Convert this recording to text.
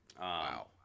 wow